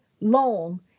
long